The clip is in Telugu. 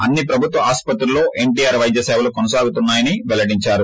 అన్ని ప్రభుత్వాస్పత్రుల్లో ఎన్టీఆర్ వైద్య సేవలు కొనసాగుతున్నా యని పెల్లడించారు